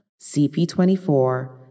CP24